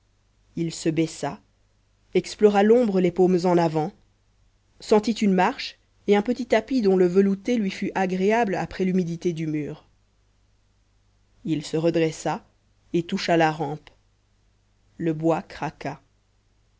il se baissa explora l'ombre les paumes en avant sentit une marche et un petit tapis dont le velouté lui fut agréable après l'humidité du mur il se redressa et toucha la rampe le bois craqua